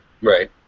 Right